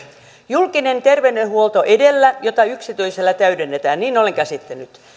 julkinen terveydenhuolto edellä jota yksityisessä täydennetään niin olen käsittänyt